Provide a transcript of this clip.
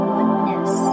oneness